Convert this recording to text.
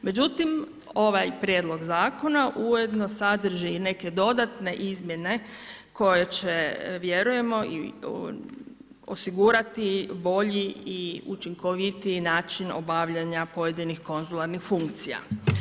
Međutim ovaj prijedlog zakona ujedno sadrži i neke dodatne izmjene koje će vjerujemo osigurati i bolji i učinkovitiji način obavljanja pojedinih konzularnih funkcija.